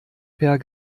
per